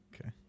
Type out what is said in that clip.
Okay